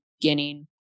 beginning